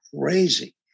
crazy